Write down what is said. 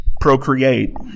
procreate